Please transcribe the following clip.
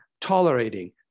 tolerating